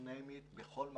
בכל מקום,